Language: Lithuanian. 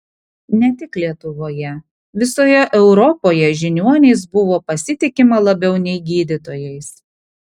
ne tik lietuvoje visoje europoje žiniuoniais buvo pasitikima labiau nei gydytojais